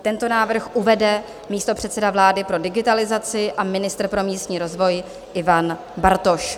Tento návrh uvede místopředseda vlády pro digitalizaci a ministr pro místní rozvoj Ivan Bartoš.